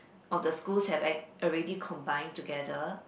of the schools have ac~ have already combined together